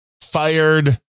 fired